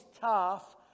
tough